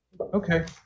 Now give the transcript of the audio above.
Okay